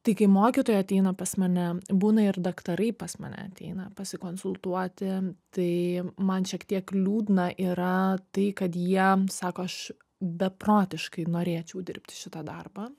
tai kai mokytojai ateina pas mane būna ir daktarai pas mane ateina pasikonsultuoti tai man šiek tiek liūdna yra tai kad jie sako aš beprotiškai norėčiau dirbti šitą darbą